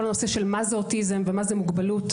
הנושא של מה זה אוטיזם ומה זה מוגבלות.